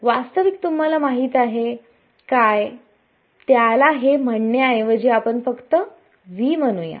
वास्तविक तुम्हाला माहीत आहे काय त्याला हे म्हणण्याऐवजी आपण फक्त v म्हणूया